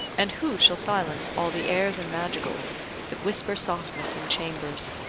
and who shall silence all the airs and madrigals that whisper softness in chambers?